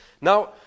Now